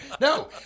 No